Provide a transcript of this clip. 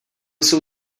jsou